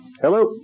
Hello